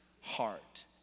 heart